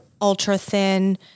ultra-thin